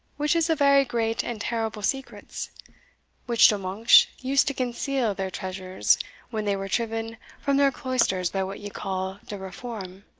which is a vary great and terrible secrets which de monksh used to conceal their treasures when they were triven from their cloisters by what you call de reform.